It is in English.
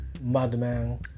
madman